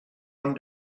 one